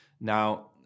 Now